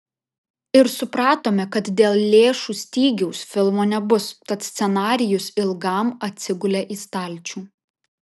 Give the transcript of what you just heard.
ir supratome kad dėl lėšų stygiaus filmo nebus tad scenarijus ilgam atsigulė į stalčių